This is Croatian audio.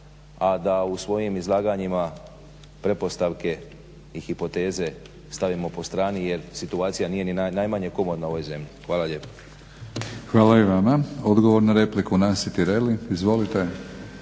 a da u svojim izlaganjima pretpostavke i hipoteze stavimo po strani jer situacija nije ni najmanje komotna u ovoj zemlji. Hvala lijepo. **Batinić, Milorad (HNS)** Hvala i vama. Odgovor na repliku, Nansi Tireli. Izvolite.